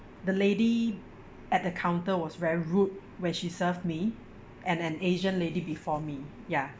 the lady at the counter was very rude when she served me and an asian lady before me ya